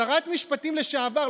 שרת משפטים לשעבר,